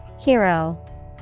Hero